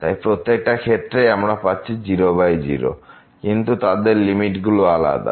তাই প্রত্যেকটা ক্ষেত্রেই আমরা পাচ্ছি 00 কিন্তু তাদের লিমিটগুলো আলাদা